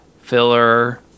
filler